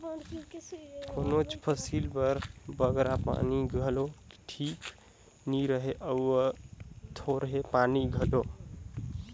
कोनोच फसिल बर बगरा पानी घलो ठीक नी रहें अउ थोरहें पानी घलो